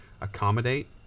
accommodate